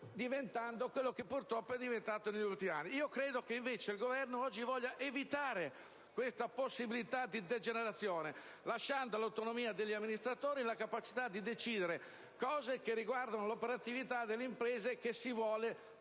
diventando quello che è diventato negli ultimi anni. Credo, invece, che oggi il Governo voglia evitare questa possibilità di degenerazione, lasciando all'autonomia degli amministratori la capacità di decidere cose che riguardano l'operatività delle imprese che si vuole potenziare